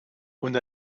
und